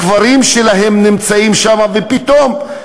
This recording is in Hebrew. הקברים שלהם נמצאים שם ופתאום,